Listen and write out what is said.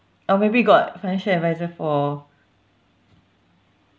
or maybe got financial advisor for